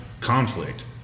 conflict